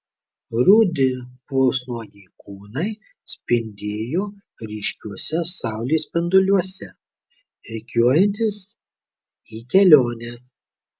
rudi pusnuogiai kūnai spindėjo ryškiuose saulės spinduliuose rikiuojantis į kelionę